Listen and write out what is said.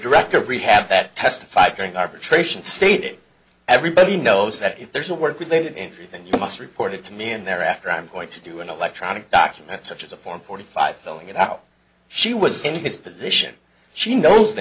director of rehab that testified during arbitration stated everybody knows that if there's a work related injury then you must report it to me and thereafter i'm going to do an electronic document such as a form forty five filling it out she was in his position she knows the